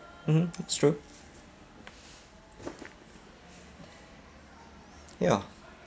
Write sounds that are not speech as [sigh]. mmhmm that's true [noise] ya